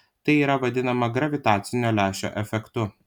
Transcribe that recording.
tai yra vadinama gravitacinio lęšio efektu